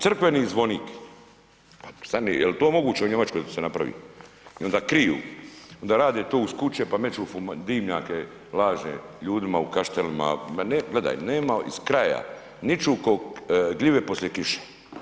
U crkveni zvonik, stani, je li to moguće u Njemačkoj da se napravi i onda kriju, onda rade to uz kuće pa meću dimnjake lažne ljudima u Kaštelima, ma ne, gledaj, nema iz kraja, niču kao gljive poslije kiše.